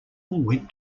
went